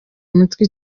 umutwe